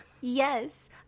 Yes